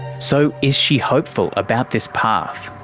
so, is she hopeful about this path?